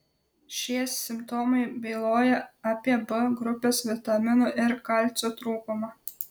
šie simptomai byloja apie b grupės vitaminų ir kalcio trūkumą